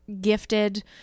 gifted